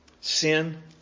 Sin